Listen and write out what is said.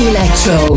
Electro